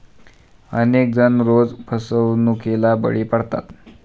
अनेक जण रोज फसवणुकीला बळी पडतात